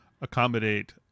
accommodate